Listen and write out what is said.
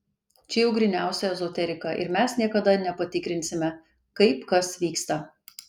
čia jau gryniausia ezoterika ir mes niekada nepatikrinsime kaip kas vyksta